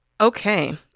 Okay